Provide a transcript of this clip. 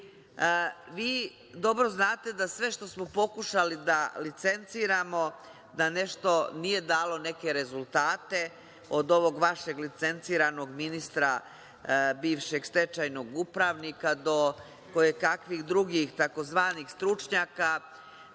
Vi dobro znate da sve što smo pokušali da licenciramo da nešto nije dalo neke rezultate od ovog vašeg licenciranog ministra bivšeg stečajnog upravnika do koje kakvih drugih tzv. stručnjaka.